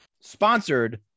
Sponsored